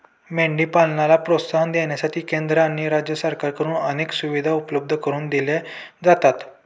मेंढी पालनाला प्रोत्साहन देण्यासाठी केंद्र आणि राज्य सरकारकडून अनेक सुविधा उपलब्ध करून दिल्या जातात